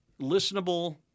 listenable